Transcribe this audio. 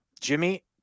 Jimmy